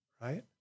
Right